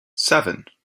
seven